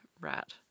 rat